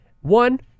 one